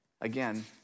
again